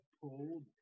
pull